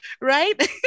right